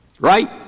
Right